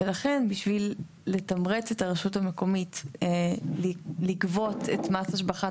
ולכן בשביל לתמרץ את הרשות המקומית לגבות את מס השבחת